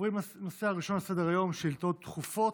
לנושא הראשון שעל סדר-היום, שאילתות דחופות.